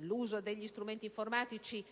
L'uso degli strumenti informatici